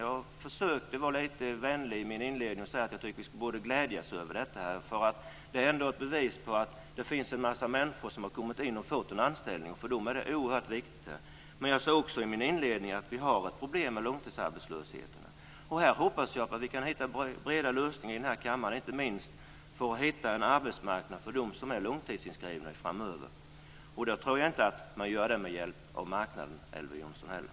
Jag försökte vara lite vänlig i min inledning och säga att jag tycker att vi borde glädjas över detta, för det är ändå ett bevis på att en massa människor har kommit in och fått en anställning, och för dem är det oerhört viktigt det här, men jag sade också i min inledning att vi har ett problem med långtidsarbetslösheten. Här hoppas jag att vi kan hitta breda lösningar i den här kammaren, inte minst för att hitta en arbetsmarknad för dem som är långtidsinskrivna framöver. Och jag tror inte att man gör det med hjälp av marknaden heller, Elver